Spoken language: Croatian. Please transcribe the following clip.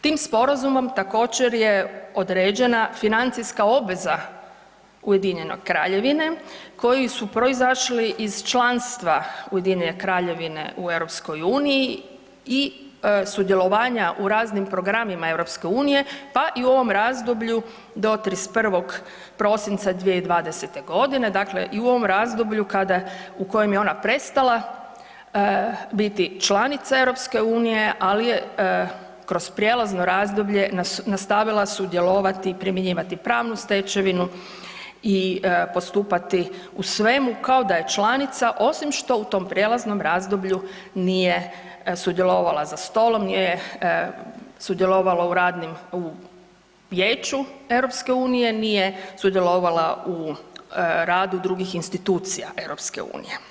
Tim Sporazumom također, je određena financijska obveza UK-a koji su proizašli iz članstva UK-a u EU-i i sudjelovanja u raznim programima EU, pa i u ovom razdoblju do 31. prosinca 2020. g., dakle i u ovom razdoblju u kojem je ona prestala biti članica EU, ali je kroz prijelazno razdoblje nastavila sudjelovati i primjenjivati pravnu stečevinu i postupati u svemu kao da je članica, osim što u tom prijelaznom razdoblju nije sudjelovala za stolom, nije sudjelovala u radnim, u Vijeću EU, nije sudjelovala u radu drugih institucija EU.